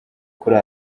kuri